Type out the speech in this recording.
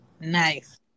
Nice